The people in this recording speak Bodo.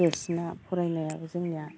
देरसिना फरायनायाबो जोंना